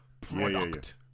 product